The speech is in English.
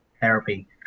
therapy